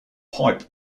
pipe